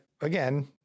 again